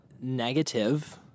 negative